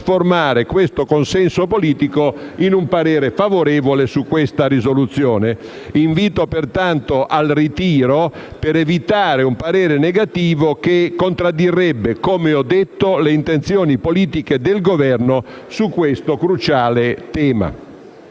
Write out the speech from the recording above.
trasformare il consenso politico in un parere favorevole su questa risoluzione. Invito pertanto al suo ritiro per evitare un parere negativo che contraddirebbe - come ho detto - le intenzioni politiche del Governo su questo cruciale tema.